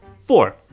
Four